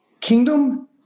kingdom